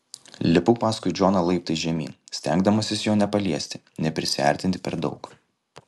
lipau paskui džoną laiptais žemyn stengdamasis jo nepaliesti neprisiartinti per daug